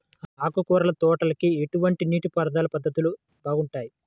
ఆకుకూరల తోటలకి ఎటువంటి నీటిపారుదల పద్ధతులు బాగుంటాయ్?